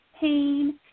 pain